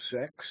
sex